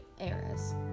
eras